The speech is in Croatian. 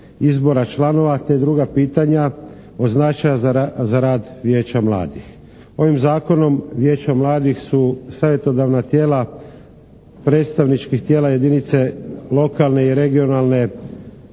izbora članova te druga pitanja od značaja za rad Vijeća mladih. Ovim Zakonom vijeća mladih su savjetodavna tijela predstavničkih tijela jedinice lokalne i regionalne